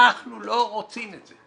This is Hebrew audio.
אנחנו לא רוצים את זה,